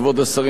כבוד השרים,